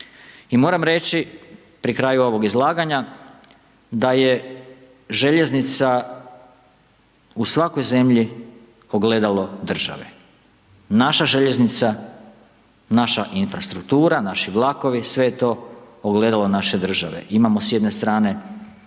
i moram reći pri kraju ovog izlaganja, da je željeznica u svakoj zemlji ogledalo države. Naša željeznica, naša infrastruktura, naši vlakovi, sve je to ogledalo naše države. Imamo s jedne strane